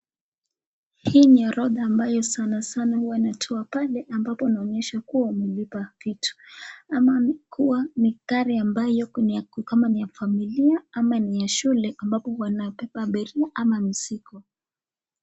Hii ni orodha ambayo sana sana huwa inatoa pale ambapo inaonyesha kuwa wamelipa kitu ,ama ni kuwa ni gari ambayo ni kama ni ya familia ama ni ya shule ambapo wanabeba abilia ama mizigo.